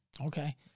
Okay